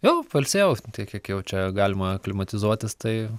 jo pailsėjau tai kiek jau čia galima aklimatizuotis tai